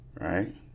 right